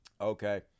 Okay